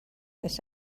this